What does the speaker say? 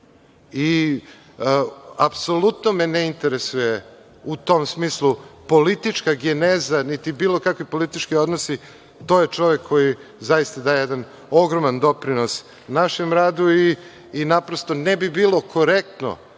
Apsolutno me ne interesuje, u tom smislu, politička geneza, niti bilo kakvi politički odnosi. To je čovek koji zaista daje jedan ogroman doprinos našem radu i naprosto ne bi bilo korektno,